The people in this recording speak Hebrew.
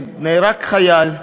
ונהרג חייל,